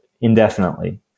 indefinitely